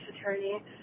attorney